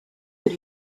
that